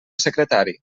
secretari